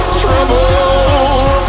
trouble